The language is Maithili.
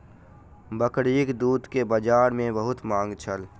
बकरीक दूध के बजार में बहुत मांग छल